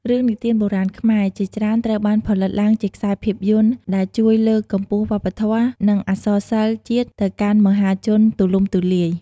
រឿងនិទានបុរាណខ្មែរជាច្រើនត្រូវបានផលិតឡើងជាខ្សែភាពយន្ត ដែលជួយលើកកម្ពស់វប្បធម៌ និងអក្សរសិល្ប៍ជាតិទៅកាន់មហាជនទូលំទូលាយ។